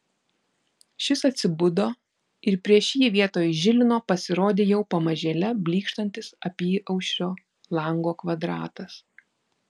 šis atsibudo ir prieš jį vietoj žilino pasirodė jau pamažėle blykštantis apyaušrio lango kvadratas